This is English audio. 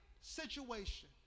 situation